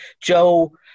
Joe